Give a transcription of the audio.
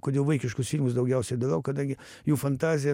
kodėl vaikiškus filmus daugiausiai darau kadangi jų fantazija